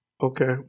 Okay